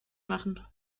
machen